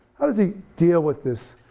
how does he deal with this